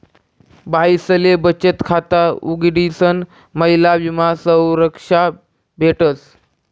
बाईसले बचत खाता उघडीसन महिला विमा संरक्षा भेटस